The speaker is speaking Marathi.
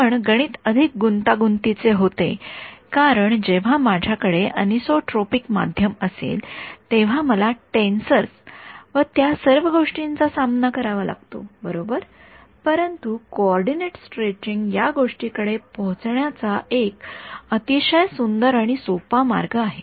पण गणित अधिक गुंतागुंतीचे होते कारण जेव्हा माझ्याकडे एनिसोट्रॉपिक माध्यम असेल तेव्हा मला टेन्सर व त्या सर्व गोष्टींचा सामना करावा लागतो बरोबर परंतु हे कोऑर्डिनेट स्ट्रेचिंग या गोष्टीकडे पोहोचण्याचा एक अतिशय सुंदर आणि सोपा मार्ग आहे